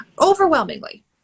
overwhelmingly